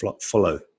follow